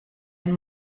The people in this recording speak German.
ein